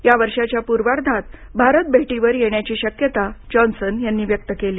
या वर्षाच्या पूर्वार्धात भारत भेटीवर येण्याची शक्यता जॉनसन यांनी व्यक्त केली